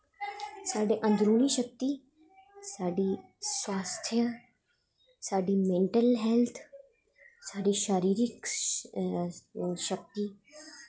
साढ़ी अन्दरूनी शक्ति साढ़ी स्वास्थ्य साढ़ी मेंटल हेल्थ साढ़ी शारीरिक शक्ति